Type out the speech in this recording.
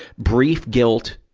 brief guilt,